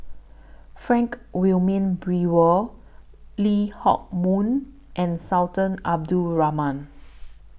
Frank Wilmin Brewer Lee Hock Moh and Sultan Abdul Rahman